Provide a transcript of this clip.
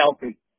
healthy